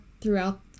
throughout